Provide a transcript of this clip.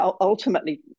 ultimately